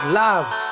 love